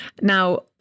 Now